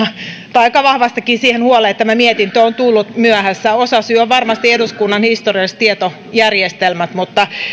tai aika vahvastikin siihen huoleen että tämä mietintö on tullut myöhässä osasyy on varmasti eduskunnan historialliset tietojärjestelmät mutta kun